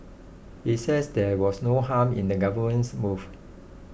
he said there was no harm in the government's move